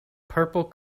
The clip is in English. purple